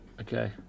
okay